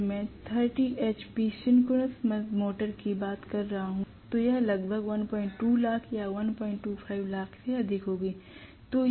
अगर मैं 30 hp synchronous motor की बात कर रहा हूं तो यह लगभग 12 लाख या 125 लाख से अधिक होगी